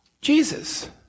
Jesus